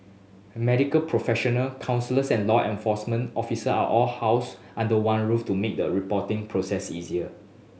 medical professional counsellors and law enforcement officials are all housed under one roof to make the reporting process easier